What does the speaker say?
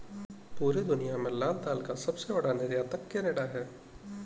पूरी दुनिया में लाल दाल का सबसे बड़ा निर्यातक केनेडा है